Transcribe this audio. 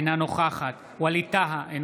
אינה נוכחת ווליד טאהא,